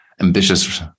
ambitious